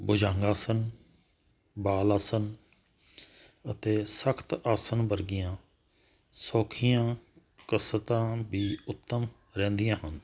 ਬੁਝੰਗ ਆਸਨ ਬਾਲ ਆਸਨ ਅਤੇ ਸਖਤ ਆਸਨ ਵਰਗੀਆਂ ਸੌਖੀਆਂ ਕੁਸਦਾਂ ਬੀ ਉੱਤਮ ਰਹਿੰਦੀਆਂ ਹਨ